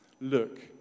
Look